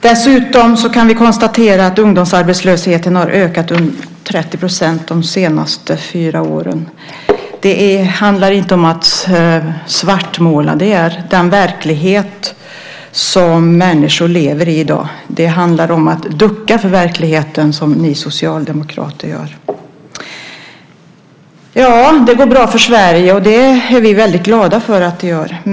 Dessutom kan vi konstatera att ungdomsarbetslösheten har ökat 30 % de senaste fyra åren. Det handlar inte om att svartmåla. Det är den verklighet som människor lever i i dag. Det handlar om att ducka för verkligheten, som ni socialdemokrater gör. Det går bra för Sverige. Det är vi väldigt glada för.